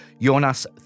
Jonas